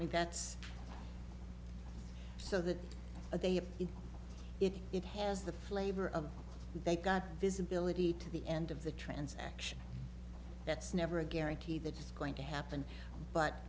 d that's so that they it it has the flavor of they've got visibility to the end of the transaction that's never a guarantee that it's going to happen but